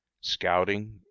scouting